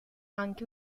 anche